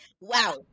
wow